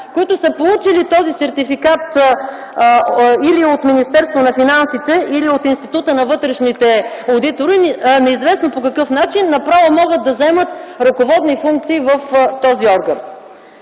които са получили този сертификат или от Министерството на финансите, или от Института на вътрешните одитори неизвестно по какъв начин, направо могат да заемат ръководни функции в този орган?